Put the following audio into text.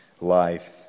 life